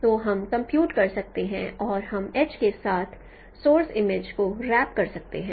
तो हम कंप्यूट कर सकते हैं और हम H के साथ सोर्स इमेज को रैप कर सकते हैं